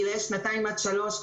גילאי שנתיים עד שלוש,